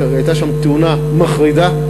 הייתה שם תאונה מחרידה,